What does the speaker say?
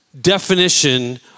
definition